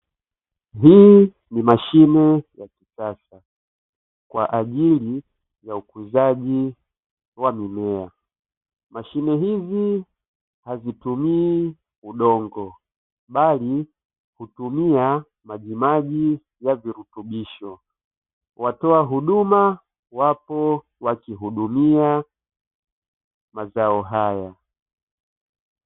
Hii ni mashine ya kisasa kwa ajili ya ukuzaji wa mimea. Mashine hizi hazitumii udongo bali hutumia majimaji ya virutubisho. Watoa huduma wapo wakihudumia mazao haya.